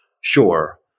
Sure